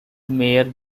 mayor